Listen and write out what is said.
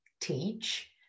teach